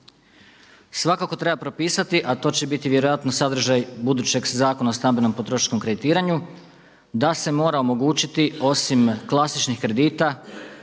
Svakako treba propisati a to će biti vjerojatno sadržaj budućeg Zakona o stambenom potrošačkom kreditiranju da se mora omogućiti osim klasičnih kredita